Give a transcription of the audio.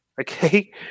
Okay